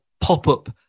pop-up